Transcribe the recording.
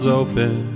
open